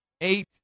Eight